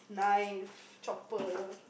knife chopper